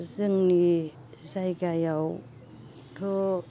जोंनि जायगायावथ'